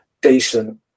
decent